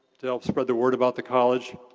to help spread the word about the college,